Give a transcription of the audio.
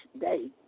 day